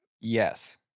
Yes